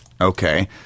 Okay